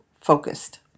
focused